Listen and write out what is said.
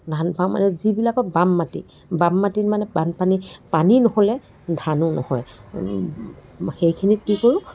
ধান পাওঁ মানে যিবিলাকৰ বাম মাটি বাম মাটিত মানে বানপানী পানী নহ'লে ধান নহয়ো সেইখিনিত কি কৰোঁ